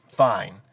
fine